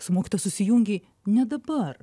su mokytoja susijungei ne dabar